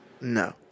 No